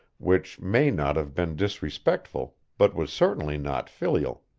which may not have been disrespectful but was certainly not filial.